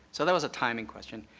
so that was a timing question.